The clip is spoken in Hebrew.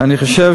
אני חושב